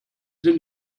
sind